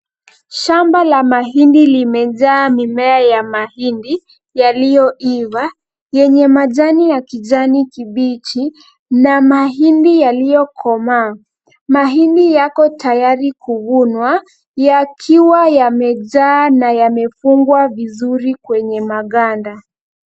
Shamba la mahindi limejaa mimea ya mahindi yaliyoiva yenye majani ya kijani kibichi na mahindi yaliyokomaa. Mahindi yako tayari kuvunwa yakiwa yamejaa na yamefungwa vizuri kwenye maganda.